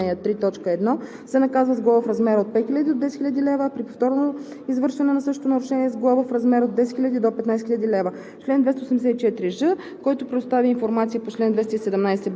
закона срокове задължението си за предоставяне на информация по чл. 217б, ал. 3, т. 1, се наказва с глоба в размер от 5 000 до 10 000 лв., а при повторно извършване на същото нарушение – с глоба в размер от 10 000 до 15 000 лв.